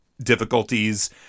difficulties